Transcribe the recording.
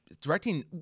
directing